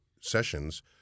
sessions